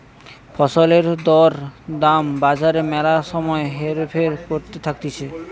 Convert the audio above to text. ফসলের দর দাম বাজারে ম্যালা সময় হেরফের করতে থাকতিছে